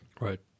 Right